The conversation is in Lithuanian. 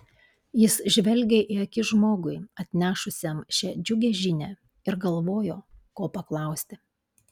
jis žvelgė į akis žmogui atnešusiam šią džiugią žinią ir galvojo ko paklausti